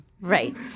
Right